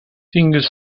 fingers